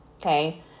Okay